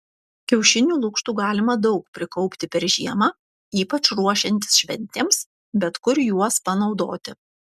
kiaušinių lukštų galima daug prikaupti per žiemą ypač ruošiantis šventėms bet kur juos panaudoti